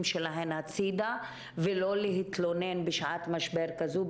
שלהן הצידה ולא להתלונן בשעת משבר כזו,